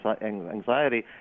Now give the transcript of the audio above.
anxiety